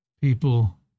people